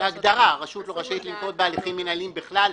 בהגדרה הרשות לא רשאית לנקוט בהליכים מינהליים בכלל,